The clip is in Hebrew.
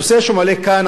הנושא שמועלה כאן,